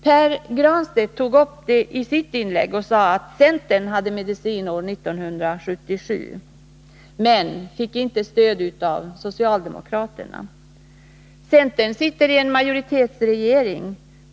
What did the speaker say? Pär Granstedt tog upp detta i sitt inlägg och sade att centern år 1979 hade medicin men inte fick stöd av socialdemokraterna. Centern sitter i en majoritetsregering.